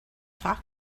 talk